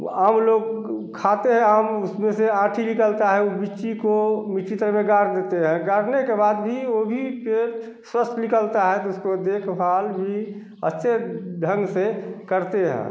वह आम लोग खाते हैं आम उसमें से आँठी निकलता है उस मिट्टी को मिट्टी ताले गाड़ देते हैं गाड़ने के बाद भी वे भी पेड़ स्वस्थ निकलता हैं उसको देखभाल भी अच्छे ढंग से करते हैं